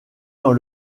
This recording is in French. dans